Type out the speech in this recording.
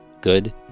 Good